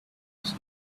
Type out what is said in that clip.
mrs